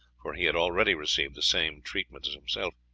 for he had already received the same treatment as himself.